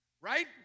Right